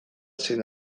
zein